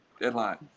deadline